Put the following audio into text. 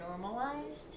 normalized